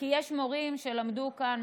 כי יש מורים שלמדו כאן,